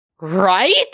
Right